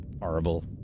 horrible